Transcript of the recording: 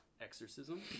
exorcism